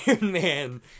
man